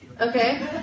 okay